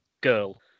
girl